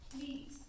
please